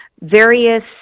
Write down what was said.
various